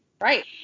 Right